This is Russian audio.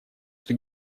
что